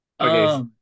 Okay